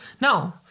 No